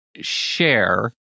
share